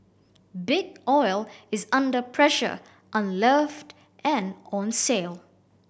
Big Oil is under pressure unloved and on sale